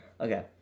Okay